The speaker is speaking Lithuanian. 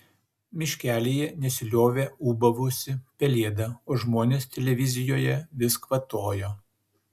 miškelyje nesiliovė ūbavusi pelėda o žmonės televizijoje vis kvatojo